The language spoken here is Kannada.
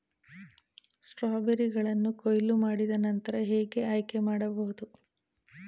ಸ್ಟ್ರಾಬೆರಿಗಳನ್ನು ಕೊಯ್ಲು ಮಾಡಿದ ನಂತರ ಹೇಗೆ ಆಯ್ಕೆ ಮಾಡಬಹುದು?